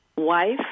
wife